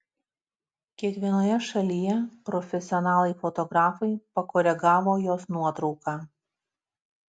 kiekvienoje šalyje profesionalai fotografai pakoregavo jos nuotrauką